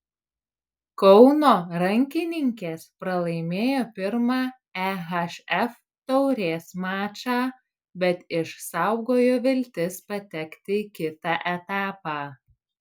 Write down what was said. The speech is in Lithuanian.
kauno rankininkės pralaimėjo pirmą ehf taurės mačą bet išsaugojo viltis patekti į kitą etapą